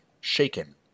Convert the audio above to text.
shaken